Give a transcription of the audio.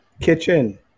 kitchen